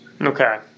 Okay